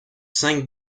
cinq